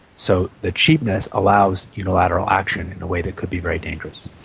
so the cheapness allows unilateral action in a way that could be very dangerous.